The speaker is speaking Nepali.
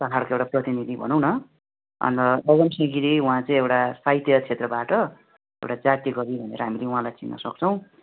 पहाडको एउटा प्रतिनिधि भनौँ न अन्त अगम सिंह गिरी उहाँ चाहिँ एउटा साहित्य क्षेत्रबाट एउटा जातीय कवि भनेर हामीले उहाँलाई चिन्न सक्छौँ